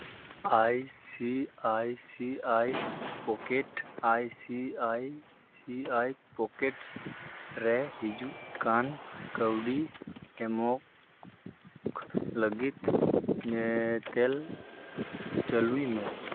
I C I C I Pockets I C I C I Pockets ᱨᱮ ᱦᱤᱡᱩᱜ ᱠᱟᱱ ᱠᱟᱹᱣᱰᱤ ᱮᱢᱚᱜ ᱞᱟᱹᱜᱤᱫ ᱧᱮᱛᱮᱞ ᱪᱟᱹᱞᱩᱭ ᱢᱮ